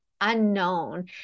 unknown